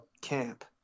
camp